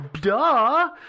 Duh